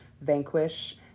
vanquish